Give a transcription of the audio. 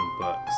books